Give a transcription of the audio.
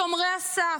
שומרי הסף,